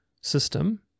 system